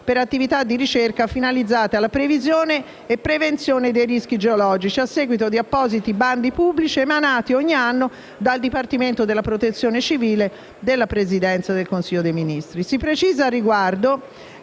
per attività di ricerca finalizzate alla previsione e prevenzione dei rischi geologici, a seguito di appositi bandi pubblici emanati ogni anno dal Dipartimento della protezione civile della Presidenza del Consiglio dei ministri.